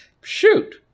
shoot